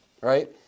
right